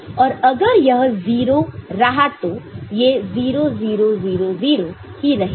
और अगर यह 0 रहा तो ये 0 0 0 0 ही रहेगा